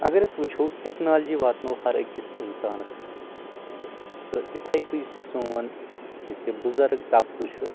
اَگر أسۍ وُچھو ٹیٚکنالجی واتنو ہر أکِس اِنسانَس فٲیدٕ تہٕ یِتھٕے کٔنۍ یُس یہِ سون یُس یہِ بُزَرٕگ طبقہٕ چھُ